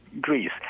Greece